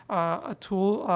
a tool, ah,